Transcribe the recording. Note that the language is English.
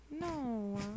No